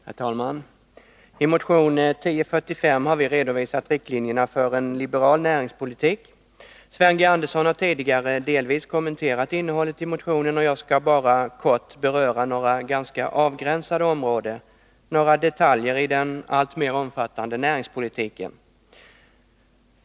Herr talman! I motion 1045 har vi redovisat riktlinjerna för en liberal näringspolitik. Sven G. Andersson har tidigare delvis kommenterat innehållet i motionen, och jag skall bara kort beröra några ganska avgränsade områden, några detaljer i den alltmer omfattande näringspolitiken.